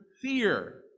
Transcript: fear